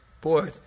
Boy